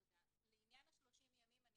לעניין ה-30 ימים, אני